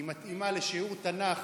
היא מתאימה לשיעור תנ"ך